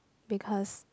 because